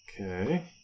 Okay